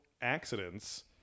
accidents